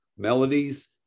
Melodies